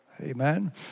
Amen